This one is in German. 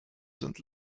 sind